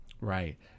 Right